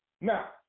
Now